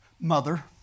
mother